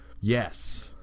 Yes